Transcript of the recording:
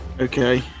Okay